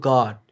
God